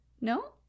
No